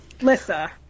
Lisa